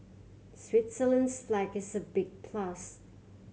Switzerland's flag is a big plus